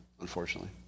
unfortunately